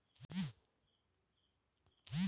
যদি জমি না থাকে তাহলে কি ব্যাংক লোন হবে না?